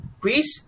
quiz